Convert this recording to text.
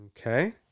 okay